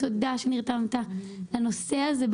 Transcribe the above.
תודה שנרתמת לנושא הזה.